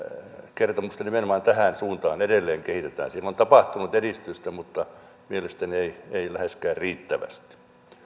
kertomusta nimenomaan tähän suuntaan edelleen kehitetään siinä on tapahtunut edistystä mutta mielestäni ei ei läheskään riittävästi